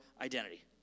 identity